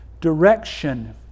Direction